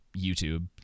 YouTube